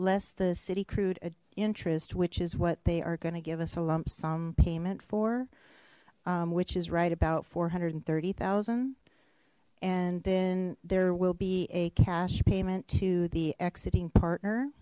less the city crude interest which is what they are going to give us a lump sum payment for which is right about four hundred and thirty thousand and then there will be a cash payment to the exiting partner